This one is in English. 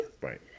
Right